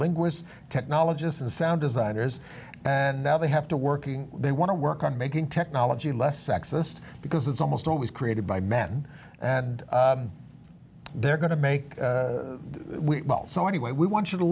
linguists technologists and sound designers and now they have to working they want to work on making technology less sexist because it's almost always created by men and they're going to make it so anyway we want you to